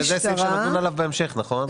אבל זה סעיף שנדון עליו בהמשך, נכון?